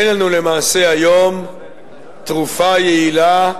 אין לנו למעשה היום תרופה יעילה,